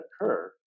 occur